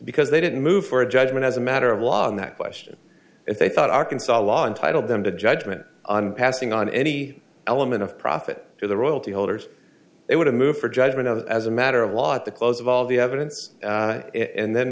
because they didn't move for a judgment as a matter of law on that question if they thought arkansas law entitled them to judgment on passing on any element of profit to the royalty holders they would have moved for judgment as a matter of law at the close of all the evidence and then